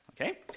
okay